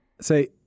Say-